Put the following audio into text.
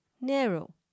narrow।